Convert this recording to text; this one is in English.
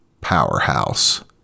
Powerhouse